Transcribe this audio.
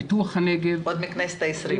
לפיתוח הנגב --- עוד מהכנסת העשרים.